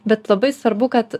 bet labai svarbu kad